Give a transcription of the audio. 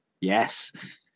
Yes